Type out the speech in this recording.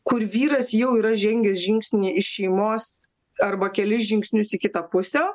kur vyras jau yra žengęs žingsnį iš šeimos arba kelis žingsnius į kitą pusę